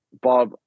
Bob